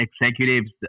executives